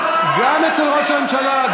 גם אצל ראש הממשלה,